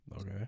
Okay